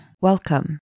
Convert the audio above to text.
Welcome